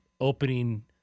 opening